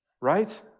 right